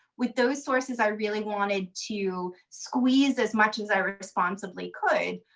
with those sources, i really wanted to squeeze as much as i responsibly could.